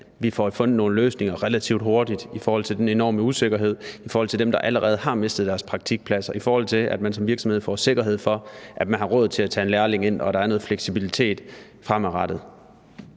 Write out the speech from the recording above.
vi får fundet nogle løsninger relativt hurtigt i forhold til den enorme usikkerhed, i forhold til dem, der allerede har mistet deres praktikplads, i forhold til at man som virksomhed får sikkerhed for, at man har råd til at tage en lærling ind, og at der er noget fleksibilitet fremadrettet.